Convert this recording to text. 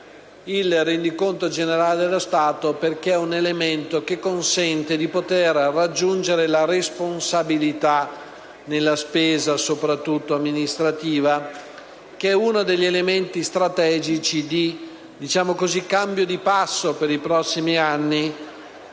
il rendiconto generale dello Stato, trattandosi di un elemento che consente di individuare la responsabilità nella spesa, soprattutto amministrativa. Questo è uno degli elementi strategici di cambio di passo per i prossimi anni